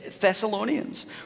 Thessalonians